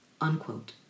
Unquote